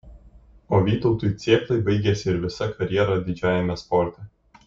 o vytautui cėplai baigėsi ir visa karjera didžiajame sporte